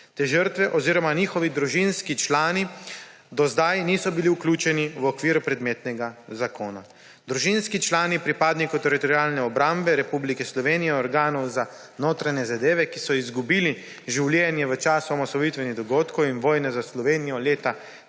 Te žrtve oziroma njihovi družinski člani do zdaj niso bili vključeni v okvir predmetnega zakona. Družinski člani pripadnikov Teritorialne obrambe Republike Slovenije, organov za notranje zadeve, ki so izgubili življenje v času osamosvojitvenih dogodkov in vojne za Slovenijo leta 1991,